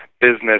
business